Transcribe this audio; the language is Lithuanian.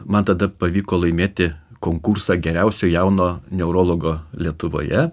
man tada pavyko laimėti konkursą geriausio jauno neurologo lietuvoje